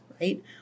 right